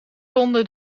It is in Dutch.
ronde